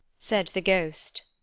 said the ghost.